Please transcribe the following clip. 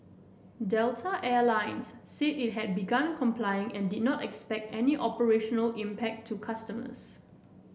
Delta Air Lines said it had begun complying and did not expect any operational impact to customers